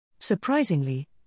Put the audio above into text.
Surprisingly